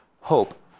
hope